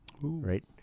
right